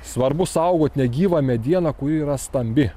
svarbu saugot negyvą medieną kuri yra stambi